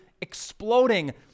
exploding